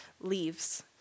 leaves